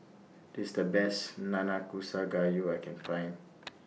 This IS The Best Nanakusa Gayu I Can Find